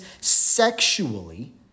sexually